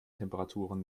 temperaturen